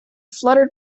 fluttered